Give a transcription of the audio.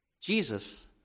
Jesus